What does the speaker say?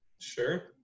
sure